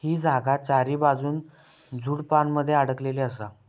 ही जागा चारीबाजून झुडपानमध्ये अडकलेली असा